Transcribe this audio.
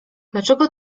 dlaczego